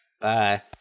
Bye